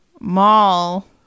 mall